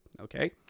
okay